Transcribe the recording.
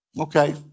Okay